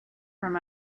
from